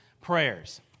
prayers